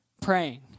praying